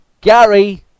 Gary